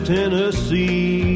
Tennessee